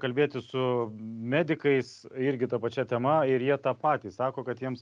kalbėtis su medikais irgi ta pačia tema ir jie tą patį sako kad jiems